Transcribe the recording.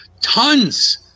tons